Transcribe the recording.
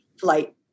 flight